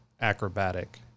acrobatic